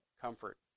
comfort